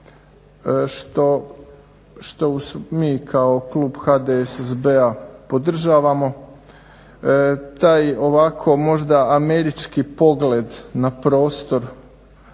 što mi kao klub HDSSB-a podržavamo. Taj ovako možda američki pogled na prostor